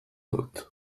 dut